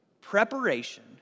preparation